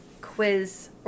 quiz